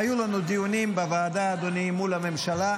היו לנו דיונים בוועדה, אדוני, מול הממשלה,